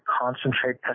concentrate